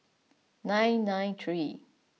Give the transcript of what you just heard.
nine nine three